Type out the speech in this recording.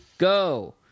Go